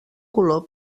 color